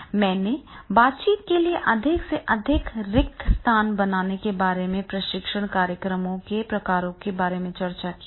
मैंने बातचीत के लिए अधिक से अधिक रिक्त स्थान बनाने के बारे में प्रशिक्षण कार्यक्रमों के प्रकारों के बारे में चर्चा की है